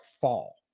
fall